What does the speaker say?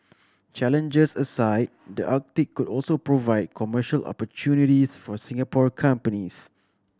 challenges aside the Arctic could also provide commercial opportunities for Singapore companies